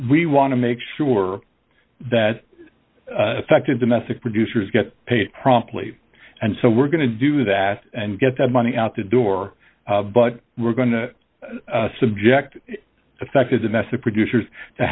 we want to make sure that affected domestic producers get paid promptly and so we're going to do that and get that money out the door but we're going to subject affected domestic producers to